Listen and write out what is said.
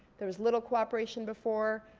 there was little cooperation before.